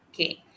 Okay